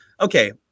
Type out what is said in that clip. Okay